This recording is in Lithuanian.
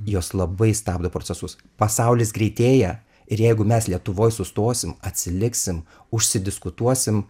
jos labai stabdo procesus pasaulis greitėja ir jeigu mes lietuvoj sustosim atsiliksim užsidiskutuosim